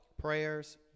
Prayers